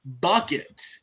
BUCKET